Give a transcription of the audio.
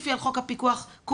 תוסיפי על חוק הפיקוח קורסים,